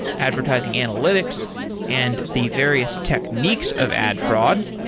advertising analytics and the various techniques of ad fraud.